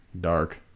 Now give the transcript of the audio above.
dark